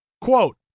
Quote